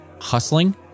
hustling